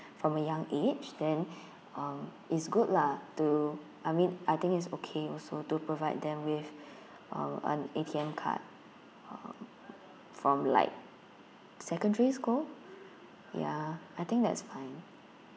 from a young age then um it's good lah to I mean I think is okay also to provide them with uh an A_T_M card uh from like secondary school ya I think that's fine